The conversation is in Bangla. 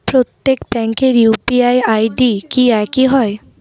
প্রত্যেক ব্যাংকের ইউ.পি.আই আই.ডি কি একই হয়?